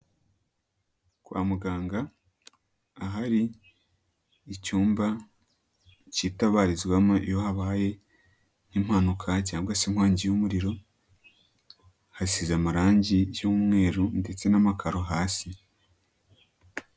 Kwa muganga, ahari icyumba kitabarizwamo iyo habaye impanuka cyangwa se inkongi y'umuriro, hasize amarangi y'umweru ndetse n'amakaro hasi.